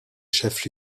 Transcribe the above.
chef